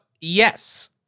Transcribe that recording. yes